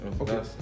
okay